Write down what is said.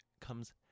comes